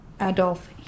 Adolf